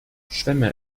schwämme